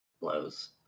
blows